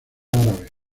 árabe